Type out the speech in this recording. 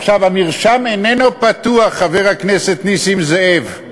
עכשיו, המרשם אינו פתוח, חבר הכנסת נסים זאב.